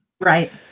Right